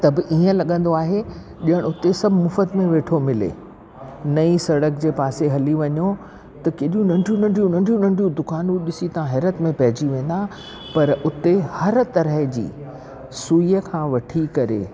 त बि ईअं लॻंदो आहे ॾियणु उते सभु मुफ़्त में वेठो मिले नईं सड़क जे पासे में हली वञो त केॾियूं नंढियूं नंढियूं नंढियूं नंढियूं दुकानूं ॾिसी तव्हां हैरत में पइजी वेंदा पर उते हर तरह जी सुई खां वठी करे